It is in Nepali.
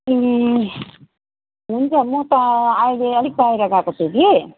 ए हुन्छ म त अहिले अलिक बाहिर गएको छु कि